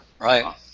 Right